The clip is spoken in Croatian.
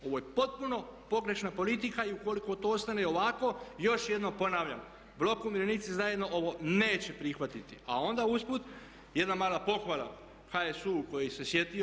Ovo je potpuno pogrešna politika i ukoliko to ostane ovako još jednom ponavljam „Blok umirovljenici zajedno“ ovo neće prihvatiti, a onda usput jedna mala pohvala HSU-u koji se sjetio.